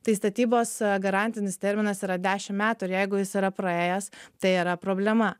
tai statybos garantinis terminas yra dešim metų ir jeigu jis yra praėjęs tai yra problema